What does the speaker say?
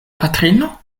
patrino